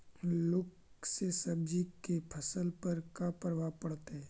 लुक से सब्जी के फसल पर का परभाव पड़तै?